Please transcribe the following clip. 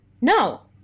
No